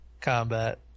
combat